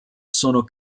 sono